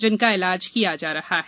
जिनका इलाज किया जा रहा है